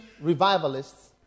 revivalists